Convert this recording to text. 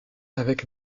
avec